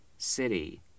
City